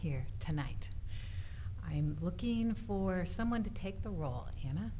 here tonight i'm looking for someone to take the role an